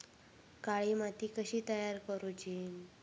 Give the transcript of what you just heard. काळी माती कशी तयार करूची?